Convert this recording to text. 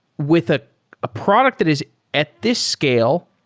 with ah a product that is at this scale,